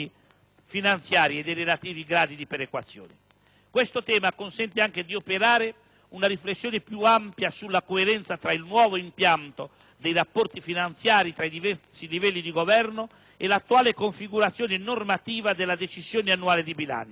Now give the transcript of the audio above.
finanziari ed i relativi gradi di perequazione. Questo tema consente anche di operare una riflessione più ampia sulla coerenza tra il nuovo impianto dei rapporti finanziari tra i diversi livelli di governo e l'attuale configurazione normativa della decisione annuale di bilancio.